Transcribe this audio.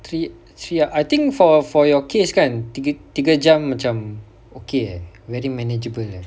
three three err I think for for your case kan tiga jam macam okay ah very manageable